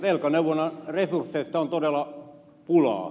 velkaneuvonnan resursseista on todella pulaa